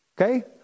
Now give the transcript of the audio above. Okay